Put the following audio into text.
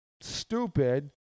stupid